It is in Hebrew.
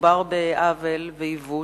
מדובר בעוול ובעיוות.